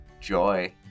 joy